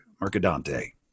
Mercadante